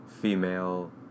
female